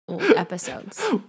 episodes